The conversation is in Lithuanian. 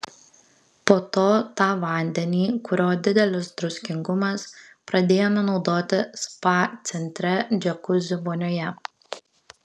po to tą vandenį kurio didelis druskingumas pradėjome naudoti spa centre džiakuzi vonioje